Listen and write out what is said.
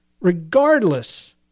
regardless